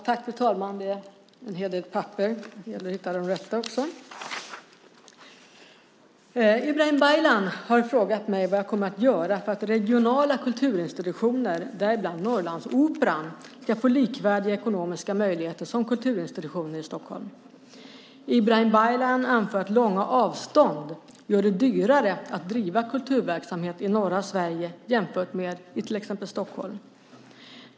Fru talman! Ibrahim Baylan har frågat mig vad jag kommer att göra för att regionala kulturinstitutioner, däribland Norrlandsoperan, ska få likvärdiga ekonomiska möjligheter som kulturinstitutioner i Stockholm. Ibrahim Baylan anför att långa avstånd gör det dyrare att driva kulturverksamhet i norra Sverige jämfört med i till exempel Stockholm.